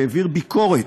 שהעביר ביקורת,